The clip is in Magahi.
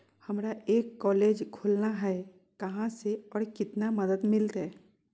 हमरा एक कॉलेज खोलना है, कहा से और कितना मदद मिलतैय?